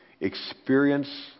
experience